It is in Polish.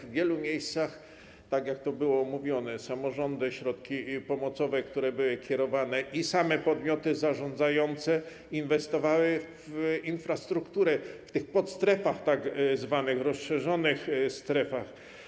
W wielu miejscach, tak jak mówiono, samorządy - środki pomocowe, które były kierowane - i same podmioty zarządzające inwestowały w infrastrukturę w podstrefach, tzw. rozszerzonych strefach.